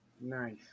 Nice